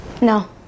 No